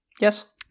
Yes